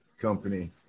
company